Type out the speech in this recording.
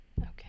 Okay